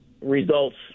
results